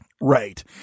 Right